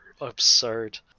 absurd